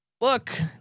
look